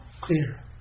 Clear